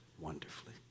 Wonderfully